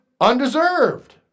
undeserved